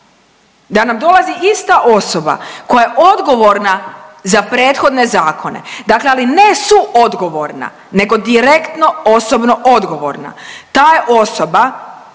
da nam dolazi ista osoba koja je odgovorna za prethodne zakone, dakle ali ne suodgovorna, nego direktno osobno odgovorna. Ta je osoba